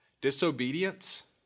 Disobedience